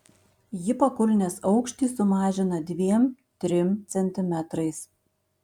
ji pakulnės aukštį sumažina dviem trim centimetrais